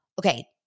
okay